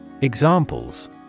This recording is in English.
Examples